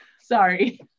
Sorry